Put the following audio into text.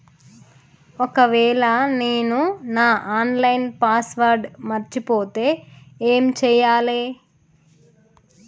ఒకవేళ నేను నా ఆన్ లైన్ పాస్వర్డ్ మర్చిపోతే ఏం చేయాలే?